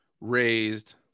raised